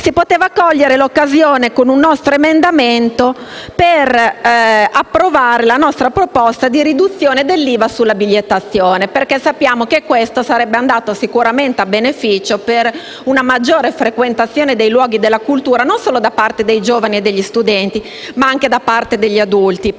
si poteva cogliere l'occasione, con un nostro emendamento, per approvare la nostra proposta di riduzione dell'IVA sulla bigliettazione. Sappiamo, infatti, che questo sarebbe andato sicuramente a beneficio di una maggiore frequentazione dei luoghi della cultura non solo da parte dei giovani e degli studenti, ma anche da parte degli adulti,